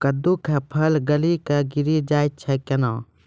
कददु के फल गली कऽ गिरी जाय छै कैने?